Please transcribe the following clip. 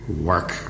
work